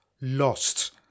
Lost